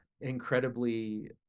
incredibly